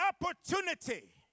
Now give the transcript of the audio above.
opportunity